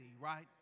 right